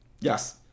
Yes